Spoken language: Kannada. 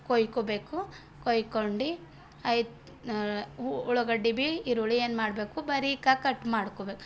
ಕೊಯ್ಕೋಬೇಕು ಕೊಯ್ಕೊಂಡು ಆಯ್ತು ಉಳ್ಳಾಗಡ್ಡಿ ಬೀ ಈರುಳ್ಳಿ ಏನು ಮಾಡಬೇಕು ಬರೀಕಾಗಿ ಕಟ್ ಮಾಡ್ಕೊಬೇಕು